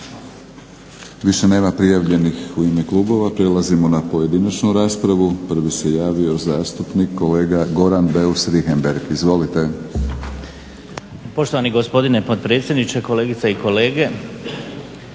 Više nema prijavljenih u ime klubova. Prelazimo na pojedinačnu raspravu. Prvi se javio zastupnik kolega Goran Beus Richembergh. Izvolite. **Beus Richembergh, Goran (HNS)** Poštovani gospodine potpredsjedniče, kolegice i kolege.